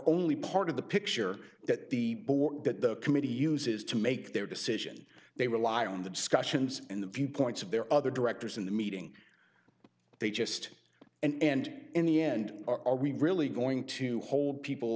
only part of the picture that the board that the committee uses to make their decision they rely on the discussions and the viewpoints of their other directors in the meeting they just and in the end are we really going to hold people